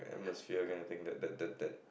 the sphere kind of thing that that that that